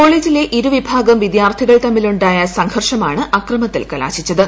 കോളേജിലെ ഇരുവിഭാഗം വിദ്യാർഥികൾ തമ്മിലുണ്ടായ സംഘർഷമാണ് അക്രമത്തിൽ കലാശിച്ചത്